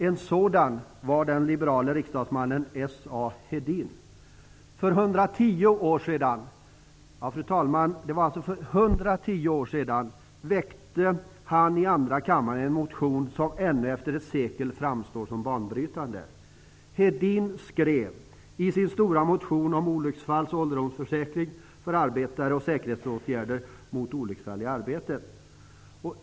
En sådan person var den liberale riksdagsmannen För 110 år sedan -- ja, fru talman, det var alltså för 110 år sedan -- väckte han i andra kammaren en motion som ännu efter ett sekel framstår som banbrytande. Hedin skrev i sin omfattande motion om olycksfalls och ålderdomsförsäkring för arbetare och om säkerhetsårgärder mot olycksfall i arbetet.